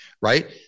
right